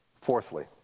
Fourthly